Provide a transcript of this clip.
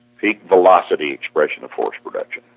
peak velocity expression of force production.